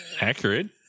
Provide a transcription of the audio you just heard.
accurate